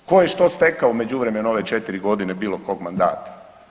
Tko je što stekao u međuvremenu u ove četiri godine bilo kog mandata?